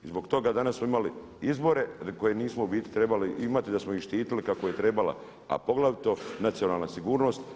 I zbog toga danas smo imali izbore koje nismo u biti trebali imati, da smo ih štitili kako je trebala, a poglavito nacionalna sigurnost.